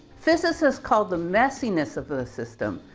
physicist called the messiness of a system,